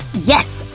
yes!